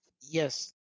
Yes